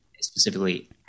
specifically